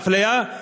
האפליה,